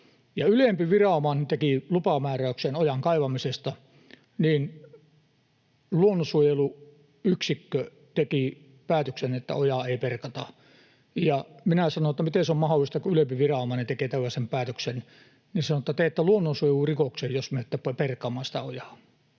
Ylempi viranomainen teki lupamääräyksen ojan kaivamisesta, mutta luonnonsuojeluyksikkö teki päätöksen, että ojaa ei perata. Minä sanoin, että miten se on mahdollista, kun ylempi viranomainen tekee tällaisen päätöksen, niin sanottiin, että teette luonnonsuojelurikoksen, jos menette perkaamaan sitä ojaa.